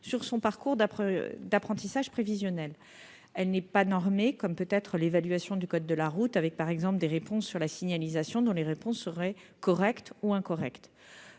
sur son parcours d'apprentissage prévisionnel. Elle n'est pas normée, comme peut l'être l'évaluation du code de la route, avec par exemple des réponses sur la signalisation qui seraient correctes ou incorrectes.